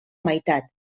meitat